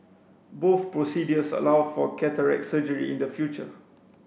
both procedures allow for cataract surgery in the future